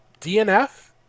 DNF